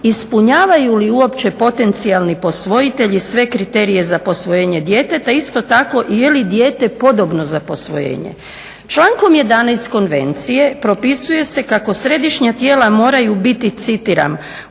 ispunjavaju li uopće potencijalni posvojitelji sve kriterije za posvojenje djeteta, isto tako i je li dijete podobno za posvojenje. Člankom 11. Konvencije propisuje se kako središnja tijela moraju biti, citiram: